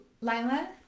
Lila